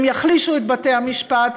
הם יחלישו את בתי המשפט,